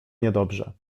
niedobrze